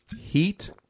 Heat